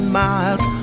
miles